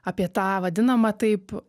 apie tą vadinamą taip